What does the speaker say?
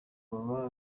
baba